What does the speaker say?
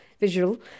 visual